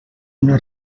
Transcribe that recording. una